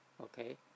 Okay